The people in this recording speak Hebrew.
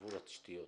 עבור התשתיות.